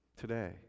today